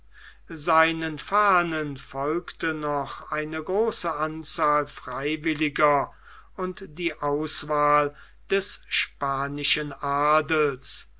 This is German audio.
seinen fahnen folgte noch eine große anzahl freiwilliger und die auswahl des spanischen adels